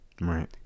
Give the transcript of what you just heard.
Right